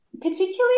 particularly